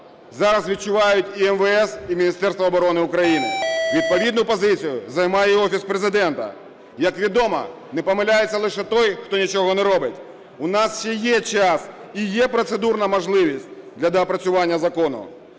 зараз відчувають і МВС, і Міністерство оборони України. Відповідну позицію займає і Офіс Президента. Як відомо, не помиляється лише той, хто нічого не робить. У нас ще є час і є процедурна можливість для доопрацювання закону.